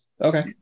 Okay